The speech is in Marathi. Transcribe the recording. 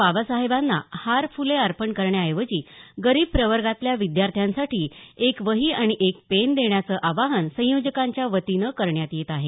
बाबासाहेबांना हार फुले अर्पण करण्याऐवजी गरीब प्रवर्गातल्या विद्यार्थ्यांसाठी एक वही आणि एक पेन देण्याचं आवाहन संयोजकांच्या वतीनं करण्यात येत आहे